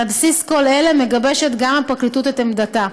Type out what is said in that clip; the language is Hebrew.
על בסיס כל אלה מגבשת גם הפרקליטות את עמדתה.